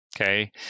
okay